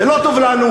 זה לא טוב לנו,